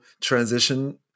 transition